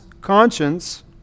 conscience